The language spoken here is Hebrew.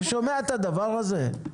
אתה שומע את הדבר הזה?